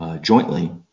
Jointly